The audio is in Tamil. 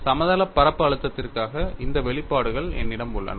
சமதளப் பரப்பு அழுத்தத்திற்காக இந்த வெளிப்பாடுகள் என்னிடம் உள்ளன